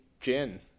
gin